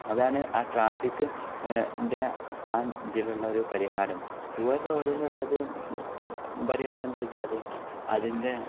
അതാണ് ആ ട്രാഫിക്കിൻ്റെ ആ ഇതിലുള്ള ഒരു പരിഹാരം പൂവർ റോഡിനുള്ളത് പരിഹാരം എന്താണെന്ന് വെച്ചാൽ അതിൻ്റെ